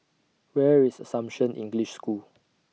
Where IS Assumption English School